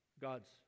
god's